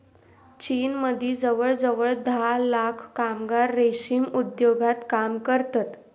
चीनमदी जवळजवळ धा लाख कामगार रेशीम उद्योगात काम करतत